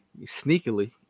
sneakily –